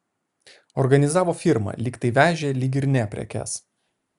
organizavo firmą lyg tai vežė lyg ir ne prekes